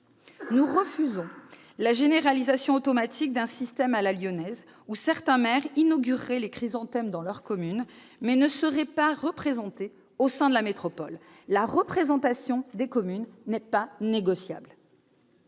Nous refusons la généralisation automatique d'un système « à la lyonnaise », où certains maires inaugureraient les chrysanthèmes dans leur commune, mais ne seraient pas représentés au sein de la métropole. La représentation des communes n'est pas négociable